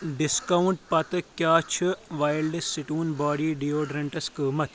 discount پتہٕ کیٛاہ چھُ وایلڈ سٹون باڈی ڈیوڈرنٛٹس قۭمتھ